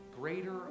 greater